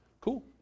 Cool